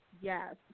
yes